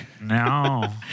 No